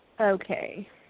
Okay